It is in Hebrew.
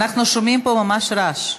אנחנו שומעים פה ממש רעש.